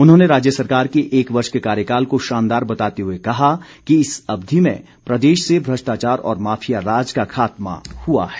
उन्होंने राज्य सरकार के एक वर्ष के कार्यकाल को शानदार बताते हुए कहा कि इस अवधि में प्रदेश से भ्रष्टाचार और माफिया राज का खात्मा हआ है